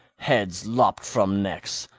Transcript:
heads lopped from necks,